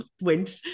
went